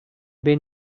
been